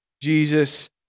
Jesus